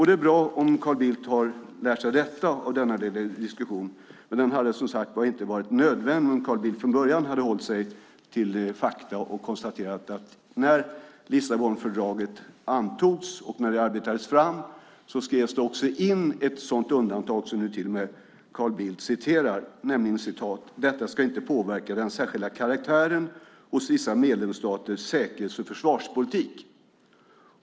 Det är bra om Carl Bildt lärt sig detta av denna diskussion som, som sagt, inte hade varit nödvändig om Carl Bildt från början hade hållit sig till fakta och konstaterat att det när Lissabonfördraget arbetades fram och antogs också skrevs in det undantag som Carl Bildt här till och med citerar: "Detta ska inte påverka den särskilda karaktären hos vissa medlemsstaters säkerhets och försvarspolitik."